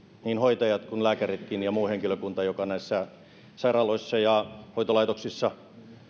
niin hoitajat kuin lääkäritkin ja muu henkilökunta jotka näissä sairaaloissa ja hoitolaitoksissa